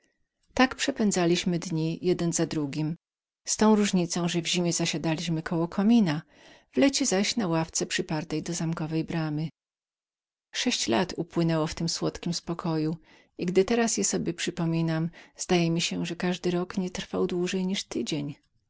tak przepędzaliśmy dni jeden za drugim z tą różnicą że w zimie zasiadaliśmy koło komina w lecie zaś na ławce przypartej do zamkowej bramy sześć lat upłynęło w tym słodkim pokoju i gdy teraz sobie przypominam zdaje mi się że każdy rok nie trwał dłużej jak tydzień